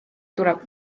tuleb